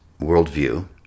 worldview